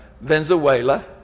Venezuela